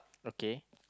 okay